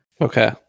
Okay